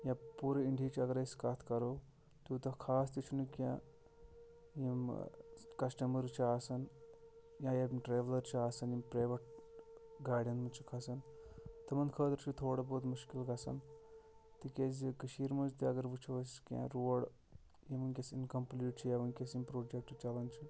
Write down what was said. یا پوٗرٕ اِنڈیٖہِچ اگر أسۍ کَتھ کَرو تیوٗتاہ خاص تہِ چھِنہٕ کینٛہہ یِم کَسٹمٲرٕز چھِ آسان یا یِم ٹرٛیولَر چھِ آسان یِم پرٛیوَٹ گاڑٮ۪ن منٛز چھِ کھَسان تِمَن خٲطرٕ چھُ تھوڑا بہت مُشکل گژھان تِکیازِ کٔشیٖر منٛز تہِ اگر وُچھو أسۍ کینٛہہ روڑ یِم وٕنکٮ۪س اِنکَمپٕلیٖٹ چھِ یا وٕنکٮ۪س یِم پرٛوجَکٹ چَلان چھِ